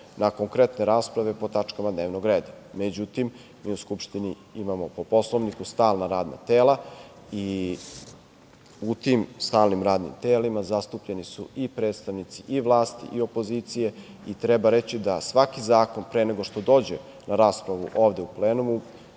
na konkretne rasprave po tačkama dnevnog reda. Međutim, mi u Skupštini imamo po Poslovniku stalna radna tela i u tim stalnim radnim telima zatupljeni su i predstavnici vlast i opozicije i treba reći da svaki zakon pre nego što dođe na raspravu ovde u plenumu,